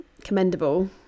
commendable